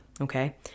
Okay